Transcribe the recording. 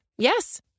Yes